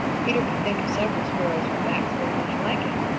peter could think of several sparrows with backs very much like it.